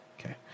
Okay